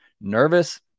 nervous